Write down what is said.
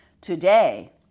Today